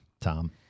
Tom